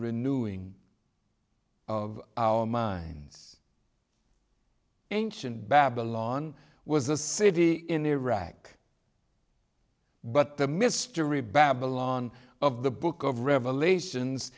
renewing of our minds ancient babylon was a city in iraq but the mystery babylon of the book of revelations